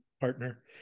partner